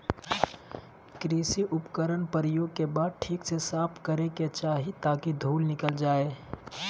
कृषि उपकरण प्रयोग के बाद ठीक से साफ करै के चाही ताकि धुल निकल जाय